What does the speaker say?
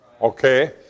Okay